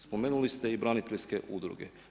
Spomenuli ste i braniteljske udruge.